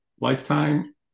lifetime